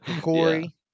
Corey